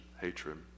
hatred